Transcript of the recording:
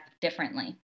differently